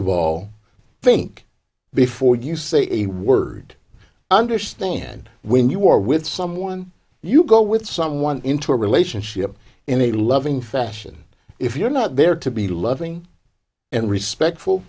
of all think before you say a word understand when you are with someone you go with someone into a relationship in a loving fashion if you're not there to be loving and respectful